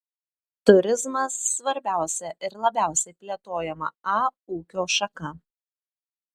turizmas svarbiausia ir labiausiai plėtojama a ūkio šaka